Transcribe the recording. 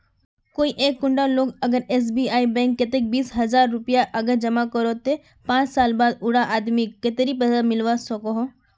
कोई एक कुंडा लोग अगर एस.बी.आई बैंक कतेक बीस हजार रुपया अगर जमा करो ते पाँच साल बाद उडा आदमीक कतेरी पैसा मिलवा सकोहो?